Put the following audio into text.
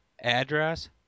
address